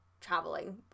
traveling